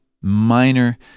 Minor